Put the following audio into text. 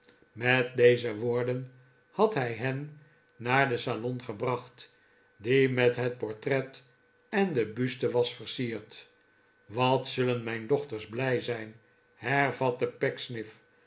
met deze woorden had hij hen naar den salon gebracht die met het portret en de buste was versierd wat zullen mijn dochters blij zijn hervatte